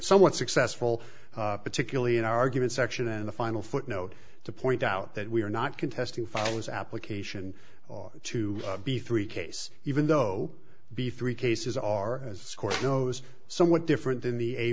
somewhat successful particularly in argument section and the final footnote to point out that we are not contesting follows application to be three case even though b three cases are scorpios somewhat different than the a